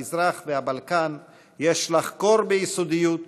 המזרח והבלקן יש לחקור ביסודיות,